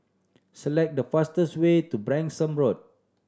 select the fastest way to Branksome Road